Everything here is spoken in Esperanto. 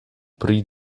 pri